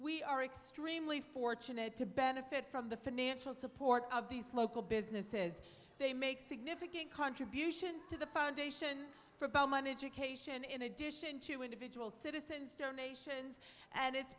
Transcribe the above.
we are extremely fortunate to benefit from the financial support of these local businesses they make significant contributions to the foundation for bowman education in addition to individual citizens donations and it's